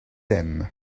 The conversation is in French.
aiment